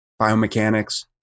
biomechanics